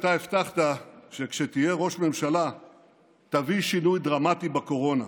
אתה הבטחת שכשתהיה ראש ממשלה תביא שינוי דרמטי בקורונה.